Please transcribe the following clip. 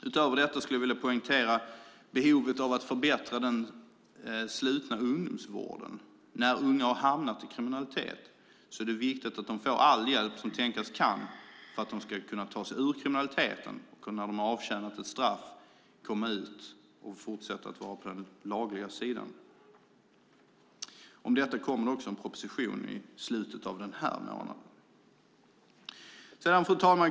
Utöver detta skulle jag vilja poängtera behovet av att förbättra den slutna ungdomsvården. När unga har hamnat i kriminalitet är det viktigt att de får all hjälp som tänkas kan för att de ska kunna ta sig ur kriminaliteten och när de har avtjänat ett straff komma ut och i fortsättningen vara på den lagliga sidan. Om detta kommer också en proposition i slutet av den här månaden. Fru talman!